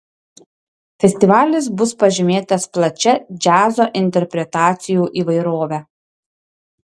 festivalis bus pažymėtas plačia džiazo interpretacijų įvairove